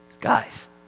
Guys